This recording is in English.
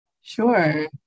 Sure